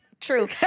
True